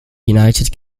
united